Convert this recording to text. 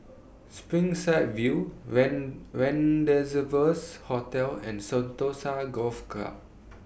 Springside View Rendezvous Hotel and Sentosa Golf Club